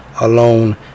alone